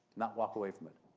not walk away from it.